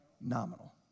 Nominal